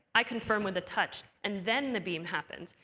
i confirm with a touch, and then the beam happens.